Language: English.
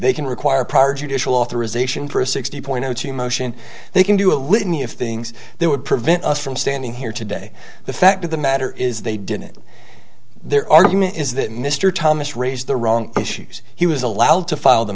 they can require prior judicial authorization for a sixty point zero two motion they can do a litany of things that would prevent us from standing here today the fact of the matter is they did it their argument is that mr thomas raised the wrong issues he was allowed